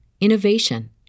innovation